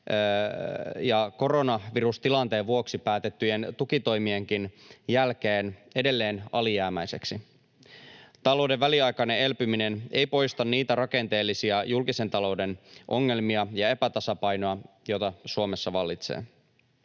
ja koronavirustilanteen vuoksi päätettyjen tukitoimienkin jälkeen edelleen alijäämäiseksi. Talouden väliaikainen elpyminen ei poista niitä rakenteellisia julkisen talouden ongelmia ja epätasapainoa, jotka Suomessa vallitsevat.